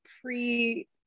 pre